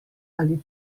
ali